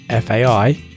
FAI